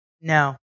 No